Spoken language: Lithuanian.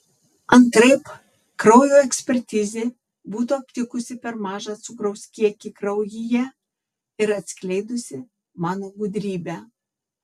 antraip kraujo ekspertizė būtų aptikusi per mažą cukraus kiekį kraujyje ir atskleidusi mano gudrybę